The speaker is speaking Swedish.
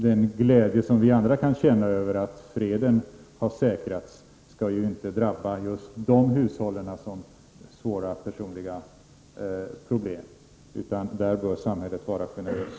Den glädje som vi andra kan känna över att freden har säkrats skall inte drabba just de hushållen som svåra personliga problem, utan där bör samhället vara generöst.